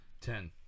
Ten